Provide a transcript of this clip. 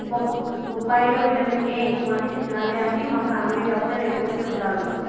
బొప్పాయి లో vitamin A ఎక్కువ అని తినాలే అని మా ఫామిలీ డాక్టర్ ఎప్పుడు చెపుతాడు